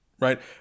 right